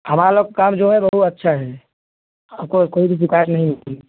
हमारे लोग का काम जो है बहुत अच्छा है आपको कोई भी कोई भी शिकायत नहीं होगी